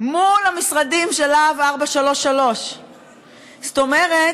מול המשרדים של להב 433. זאת אומרת,